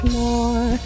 more